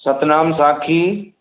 Satnam Sakhi